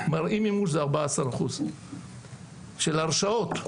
ב --- זה 14% של הרשאות,